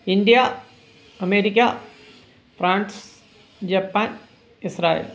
India America France Japan Israel